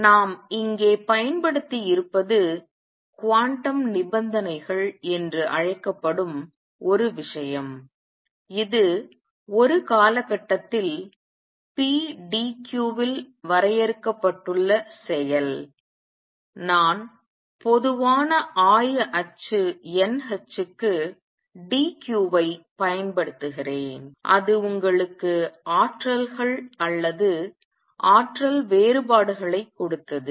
நாம் இங்கே பயன்படுத்தியிருப்பது குவாண்டம் நிபந்தனைகள் என்று அழைக்கப்படும் ஒரு விஷயம் இது ஒரு காலகட்டத்தில் pdqல் வரையறுக்கப்பட்டுள்ள செயல் நான் பொதுவான ஆயஅச்சு n hக்கு dq ஐப் பயன்படுத்துகிறேன் அது உங்களுக்கு ஆற்றல்கள் அல்லது ஆற்றல் வேறுபாடுகளைக் கொடுத்தது